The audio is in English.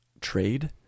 trade